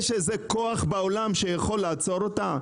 יש איזה כוח בעולם שיכול לעצור אותה?